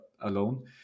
alone